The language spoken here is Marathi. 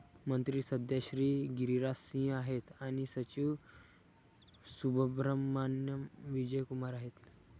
मंत्री सध्या श्री गिरिराज सिंग आहेत आणि सचिव सुब्रहमान्याम विजय कुमार आहेत